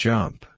Jump